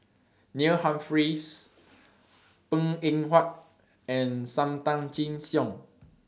Neil Humphreys Png Eng Huat and SAM Tan Chin Siong